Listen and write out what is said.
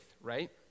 right